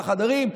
בחדרים,